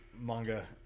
manga